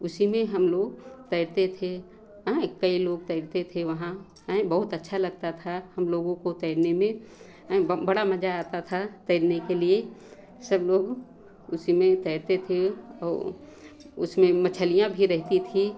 उसी में हम लोग तैरते थे कई लोग तैरते थे वहाँ हैं बहुत अच्छा लगता था हम लोगों को तैरने में बड़ा मज़ा आता था तैरने के लिए सब लोग उसी में तैरते थे और उसमें मछलियाँ भी रहती थी